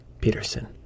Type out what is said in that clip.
Peterson